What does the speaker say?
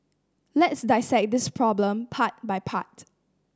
let's dissect this problem part by part